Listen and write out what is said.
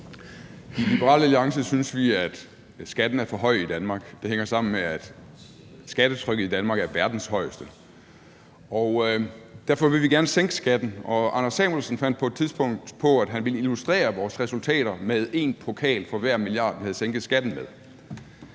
I Liberal Alliance synes vi, at skatten i Danmark er for høj. Det hænger sammen med, at skattetrykket i Danmark er verdens højeste. Derfor vil vi gerne sænke skatten, og Anders Samuelsen fandt på et tidspunkt på, at han ville illustrere vores resultater med en pokal for hver milliard, vi havde sænket skatten med.